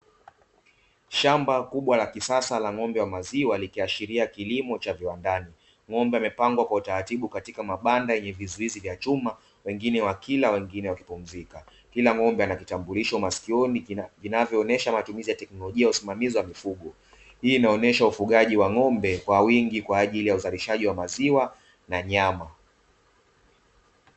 Shamba kubwa la kisasa la ng'ombe wa maziwa likiashiria kilimo cha viwandani. Ng'ombe wamepangwa kwa utaratibu katika mabanda yenye vizuizi vya chuma wengie wakila wengine wakipumzika, kila ng'ombe ana kitambulisho masikioni vinavyoonesha matumizi ya teknolojia usimamizi wa mifugo. Hii inaonesha ufugaji wa ngombe kwa wingi kwa ajili ya uzalishaji wa maziwa na nyama.